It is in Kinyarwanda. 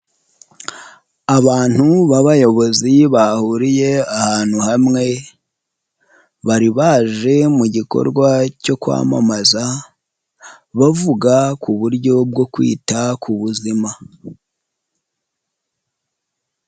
Abantu b'abayobozi bahuriye ahantu hamwe, bari baje mu gikorwa cyo kwamamaza, bavuga ku buryo bwo kwita ku buzima.